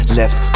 left